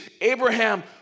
Abraham